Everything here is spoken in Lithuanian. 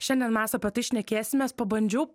šiandien mes apie tai šnekėsimės pabandžiau